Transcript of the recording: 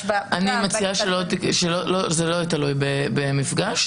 --- אני מציעה שזה לא יהיה תלוי במפגש.